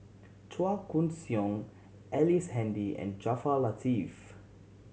Chua Koon Siong Ellice Handy and Jaafar Latiff